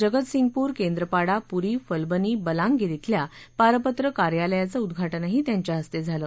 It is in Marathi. जगतसिंगपूर केंद्रपाडा पूरी फलबनी बलांगिर शिल्या पारपत्र कार्यालयाचं उद्घाटनही त्यांच्या हस्ते झालं